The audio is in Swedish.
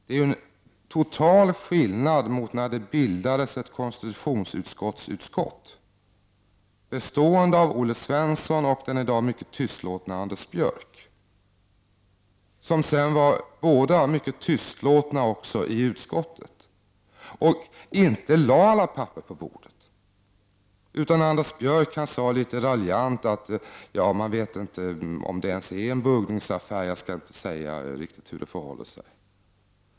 Det är en total skillnad mot när det bildas ett konstitutionsutskottsutskott, bestående av Olle Svensson och den i dag mycket tystlåtne Anders Björck, vilka båda också var mycket tystlåtna i utskottet och inte lade alla papper på bordet. Anders Björck sade litet raljant att man inte ens vet om det är en buggningsaffär och att man inte kan säga riktigt hur det förhåller sig.